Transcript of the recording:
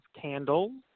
candles